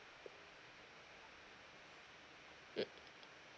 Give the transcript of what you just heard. mm